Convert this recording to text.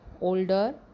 older